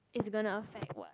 is gonna affect what